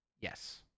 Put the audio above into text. yes